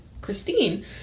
Christine